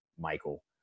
Michael